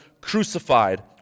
crucified